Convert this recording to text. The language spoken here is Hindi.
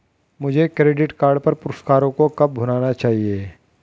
मुझे क्रेडिट कार्ड पर पुरस्कारों को कब भुनाना चाहिए?